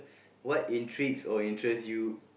what intrigues or interest you